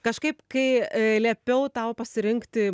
kažkaip kai liepiau tau pasirinkti